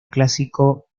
clásico